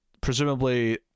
Presumably